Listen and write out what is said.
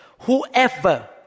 Whoever